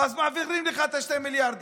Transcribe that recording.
אז מעבירים לך את ה-2 מיליארד,